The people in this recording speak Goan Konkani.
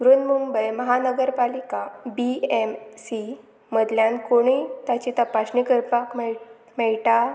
रून मुंबय महानगरपालिका बी एम सी मदल्यान कोणीय ताची तपाशणी करपाक मेळ मेळटा